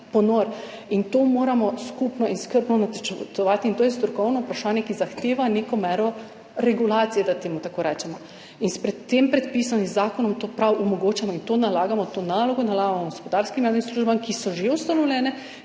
In to moramo skupno in skrbno načrtovati. In to je strokovno vprašanje, ki zahteva neko mero regulacije, da temu tako rečem. In s tem predpisom in zakonom to ravno omogočamo in to nalogo nalagamo gospodarskim javnim službam, ki so že ustanovljene,